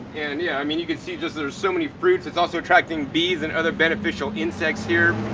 and and yeah, i mean you could see just there's so many fruits it's also attracting bees and other beneficial insects here.